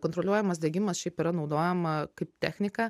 kontroliuojamas degimas šiaip yra naudojama kaip technika